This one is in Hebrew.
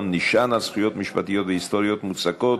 נשען על זכויות משפטיות והיסטוריות מוצקות,